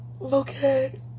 Okay